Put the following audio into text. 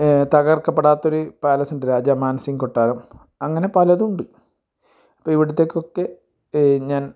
തകർക്കപ്പെടാത്തൊരു പാലസ്സ്ണ്ട് രാജ മാൻസിങ് കൊട്ടാരം അങ്ങനെ പലതുമുണ്ട് അപ്പം ഇവിടത്തേക്കൊക്കെ ഞാൻ